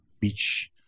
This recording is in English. beach